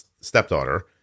stepdaughter